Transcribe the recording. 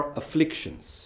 afflictions